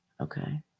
Okay